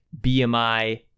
BMI